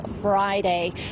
Friday